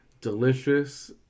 Delicious